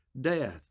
death